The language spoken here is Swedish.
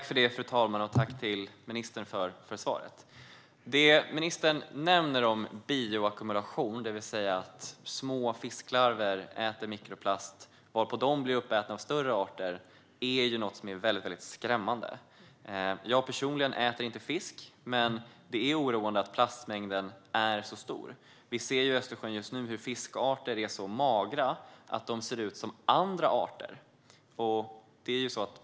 Fru talman! Det ministern nämner om bioackumulation, det vill säga att små fisklarver äter mikroplast varpå de blir uppätna av större arter, är väldigt skrämmande. Jag personligen äter inte fisk, men det är oroande att plastmängden är så stor. Vi ser i Östersjön just nu hur fiskarter är så magra att de ser ut som andra arter.